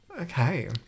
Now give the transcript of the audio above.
Okay